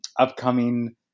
upcoming